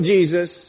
Jesus